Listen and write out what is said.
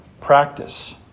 practice